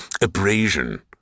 abrasion